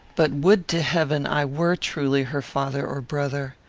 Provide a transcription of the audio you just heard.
but would to heaven i were truly her father or brother!